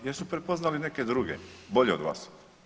Jer su prepoznali neke druge, bolje od vas.